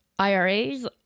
IRAs